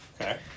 Okay